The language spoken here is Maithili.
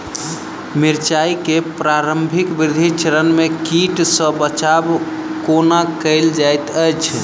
मिर्चाय केँ प्रारंभिक वृद्धि चरण मे कीट सँ बचाब कोना कैल जाइत अछि?